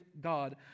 God